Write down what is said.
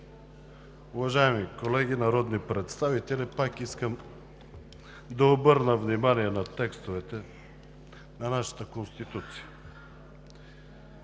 Уважаеми колеги народни представители! Пак искам да обърна внимание на текстовете на нашата Конституция,